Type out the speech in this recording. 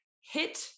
hit